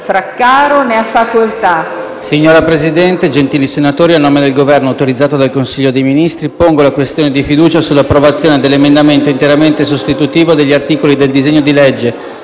la democrazia diretta**.* Signor Presidente, onorevoli senatori, a nome del Governo, autorizzato dal Consiglio dei ministri, pongo la questione di fiducia sull'approvazione dell'emendamento interamente sostitutivo degli articoli del disegno di legge